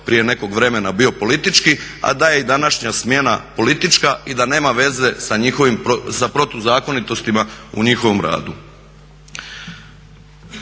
prije nekog vremena bio politički, a da je i današnja smjena politička i da nema veze sa protuzakonitostima u njihovom radu.